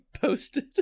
posted